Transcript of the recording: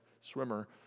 swimmer